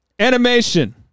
Animation